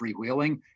freewheeling